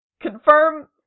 confirm